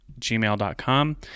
gmail.com